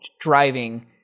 driving